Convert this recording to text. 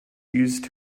used